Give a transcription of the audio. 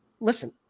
Listen